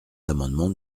l’amendement